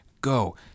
Go